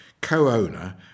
Co-owner